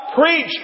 preach